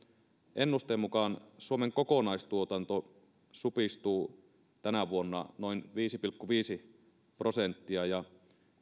ennusteen mukaan suomen kokonaistuotanto supistuu tänä vuonna noin viisi pilkku viisi prosenttia ja